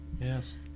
Yes